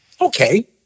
Okay